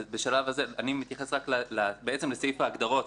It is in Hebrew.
בשלב הזה אני מתייחס רק לסעיף ההגדרות,